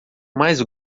mais